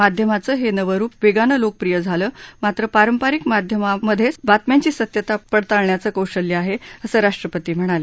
माध्यमांचं हे नवं रूप वेगानं लोकप्रिय झालं मात्र पारंपरिक माध्यमांमध्येच बातम्यांची सत्यता पडताळण्याचं कौशल्य आहे असं राष्ट्रपती म्हणाले